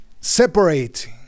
separate